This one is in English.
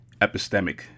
epistemic